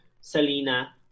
Selena